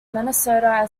minnesota